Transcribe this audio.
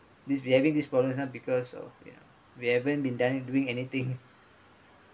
this we having this problem because of ya we haven't been done doing anything